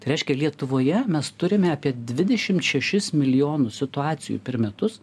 tai reiškia lietuvoje mes turime apie dvidešimt šešis milijonus situacijų per metus